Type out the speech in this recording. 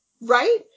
right